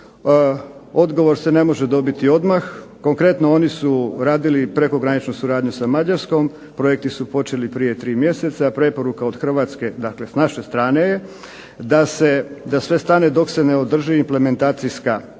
odgovor se ne može dobiti odmah. Konkretno oni su radili prekograničnu suradnju sa Mađarskom, projekti su počeli prije 3 mjeseca, preporuka od Hrvatske, dakle sa naše strane je, da sve stane dok se ne održi implementacijska radionica,